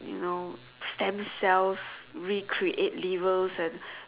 you know stem cells recreate livers and